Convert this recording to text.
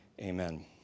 Amen